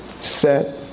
Set